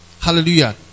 Hallelujah